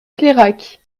clairac